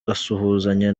asuhuzanya